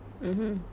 mmhmm